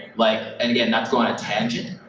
like and again, not to go on a tangent,